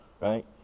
right